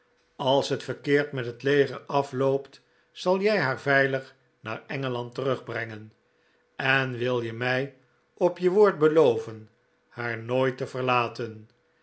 als het verkeerd met het leger afloopt zal jij haar veilig naar engeland terugbrengen en wil je mij op je woord beloven haar nooit te verlaten